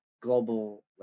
global